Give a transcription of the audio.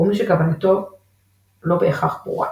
או מי שכוונתו לא בהכרח ברורה.